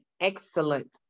excellent